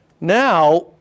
Now